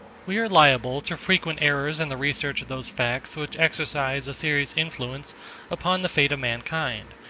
we are liable to frequent errors in the research of those facts which exercise a serious influence upon the fate of mankind,